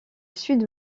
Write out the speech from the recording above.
sud